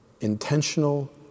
Intentional